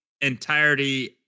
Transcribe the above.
entirety